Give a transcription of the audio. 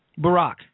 Barack